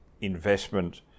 investment